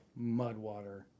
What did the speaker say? Mudwater